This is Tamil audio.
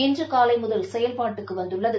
இன்று காலை முதல் செயல்பாட்டுக்கு வந்துள்ளது